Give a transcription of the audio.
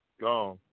Gone